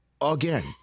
again